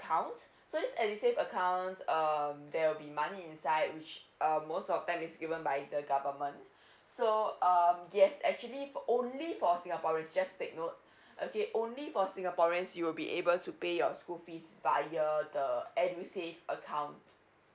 account so this edusave account um there will be money inside which um most of time is given by the government so um yes actually for only for singaporeans just take note okay only for singaporeans you'll be able to pay your school fees via the edusave account